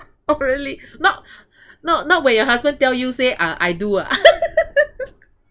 oh really not not not when your husband tell you say uh I do ah